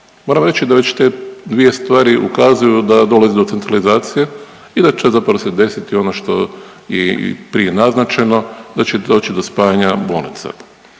Moram reći da već te dvije stvari ukazuju da dolazi do centralizacije i da će zapravo se desiti ono što je i prije naznačeno, da će doći do spajanja bolnice.